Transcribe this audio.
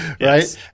Right